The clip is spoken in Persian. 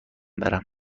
برم